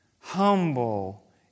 Humble